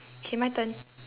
okay my turn